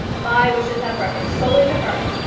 my wishes have reference solely to her.